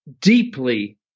deeply